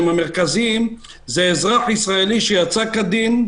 המרכזיים הוא אזרח ישראלי שיצא כדין,